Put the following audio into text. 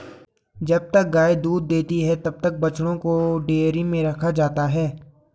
जब तक गाय दूध देती है तब तक बछड़ों को डेयरी में रखा जाता है